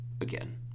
again